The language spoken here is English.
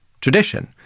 tradition